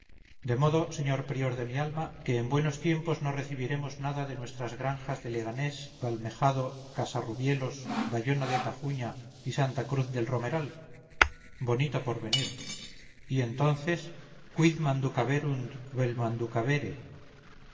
de modo señor prior de mi alma que en buenos tiempos no recibiremos nada de nuestras granjas de leganés valmejado casarrubielos bayona de tajuña y santa cruz del romeral bonito porvenir y entonces quid manducaverunt vel